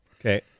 Okay